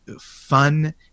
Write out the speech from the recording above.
fun